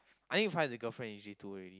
I think find the girlfriend easy too already